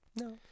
No